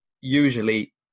usually